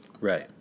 Right